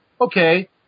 okay